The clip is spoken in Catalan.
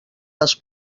les